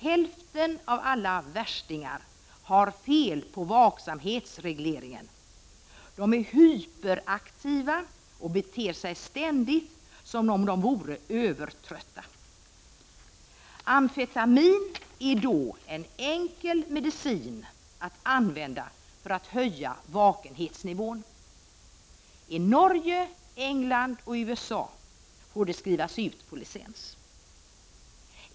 Hälften av alla värstingar har fel på vakenhetsregleringen. De är hyperaktiva och beter sig ständigt som om de vore övertrötta. Amfetamin är då en enkel medicin att använda för att höja vakenhetsnivån. I Norge, England och USA får det skrivas ut på licens.